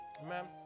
Amen